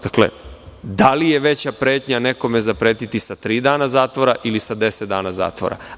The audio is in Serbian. Dakle, da li je veća pretnja nekome zapretiti sa tri dana zatvora ili sa deset dana zatvora?